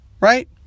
Right